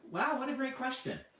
wow, what a great question.